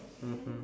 mmhmm